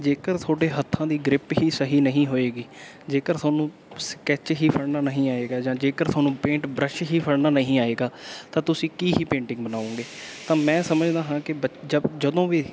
ਜੇਕਰ ਤੁਹਾਡੇ ਹੱਥਾਂ ਦੀ ਗ੍ਰਿਪ ਹੀ ਸਹੀ ਨਹੀਂ ਹੋਏਗੀ ਜੇਕਰ ਤੁਹਾਨੂੰ ਸਕੈਚ ਹੀ ਫੜਨਾ ਨਹੀਂ ਆਏਗਾ ਜਾਂ ਜੇਕਰ ਤੁਹਾਨੂੰ ਪੇਂਟ ਬਰਸ਼ ਹੀ ਫੜਨਾ ਨਹੀਂ ਆਏਗਾ ਤਾਂ ਤੁਸੀਂ ਕੀ ਹੀ ਪੇਂਟਿੰਗ ਬਣਾਓਗੇ ਤਾਂ ਮੈਂ ਸਮਝਦਾ ਹਾਂ ਕਿ ਬੱਚਾ ਜਦੋਂ ਵੀ